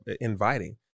inviting